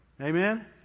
Amen